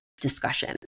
discussion